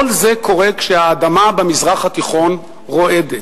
כל זה קורה כשהאדמה במזרח התיכון רועדת.